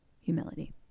humility